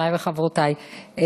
חבריי וחברותיי,